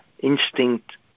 instinct